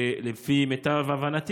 ולפי מיטב הבנתי,